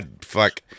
fuck